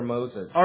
Moses